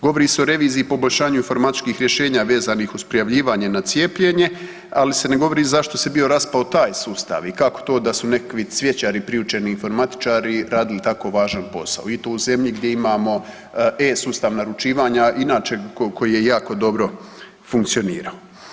Govori se o reviziji i poboljšanju informatičkih rješenja vezanih uz prijavljivanje na cijepljenje, ali se ne govori zašto se bio raspravo taj sustav i kako to da su nekakvi cvjećari, priučeni informatičari radili tako važan posao i to u zemlji gdje imamo e Sustav naručivanja, inače koji je jako dobro funkcionirao.